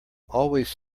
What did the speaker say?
always